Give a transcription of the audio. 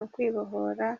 ukwibohora